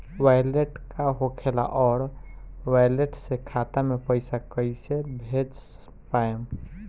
Wallet का होखेला और वैलेट से खाता मे पईसा कइसे भेज पाएम?